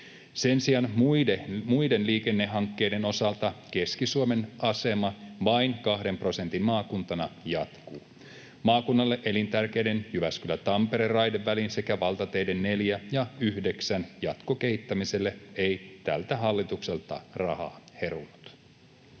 Sen sijaan muiden liikennehankkeiden osalta Keski-Suomen asema vain 2 prosentin maakuntana jatkuu. Maakunnalle elintärkeiden Jyväskylä—Tampere-raidevälin sekä valtateiden 4 ja 9 jatkokehittämiselle ei tältä hallitukselta rahaa herunut.